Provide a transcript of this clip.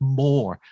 more